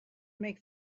make